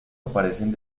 aparecen